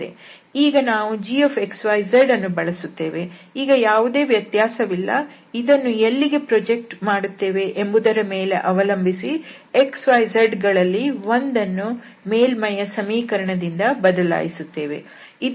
ಈಗ ನಾವು gxyz ಅನ್ನು ಬಳಸುತ್ತೇವೆ ಈಗ ಯಾವುದೇ ವ್ಯತ್ಯಾಸವಿಲ್ಲ ಇದನ್ನು ಎಲ್ಲಿಗೆ ಪ್ರೊಜೆಕ್ಟ್ ಮಾಡುತ್ತೇವೆ ಎಂಬುದರ ಮೇಲೆ ಅವಲಂಬಿಸಿ x y z ಗಳಲ್ಲಿ ಒಂದನ್ನು ಮೇಲ್ಮೈಯ ಸಮೀಕರಣದಿಂದ ಬದಲಾಯಿಸಲಾಗುತ್ತದೆ